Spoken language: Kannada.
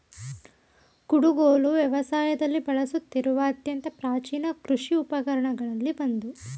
ಕುಡುಗೋಲು ವ್ಯವಸಾಯದಲ್ಲಿ ಬಳಸುತ್ತಿರುವ ಅತ್ಯಂತ ಪ್ರಾಚೀನ ಕೃಷಿ ಉಪಕರಣಗಳಲ್ಲಿ ಒಂದು